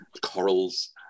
corals